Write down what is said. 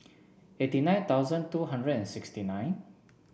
eighty nine thousand two hundred and sixty nine